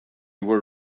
were